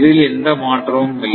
இதில் எந்த மாற்றமும் இல்லை